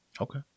Okay